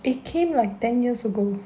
it came like ten years ago